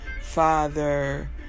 father